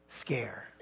scare